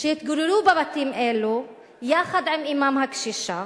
שהתגוררו בבתים אלו, יחד עם אמם הקשישה,